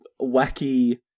wacky